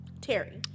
Terry